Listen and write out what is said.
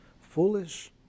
foolish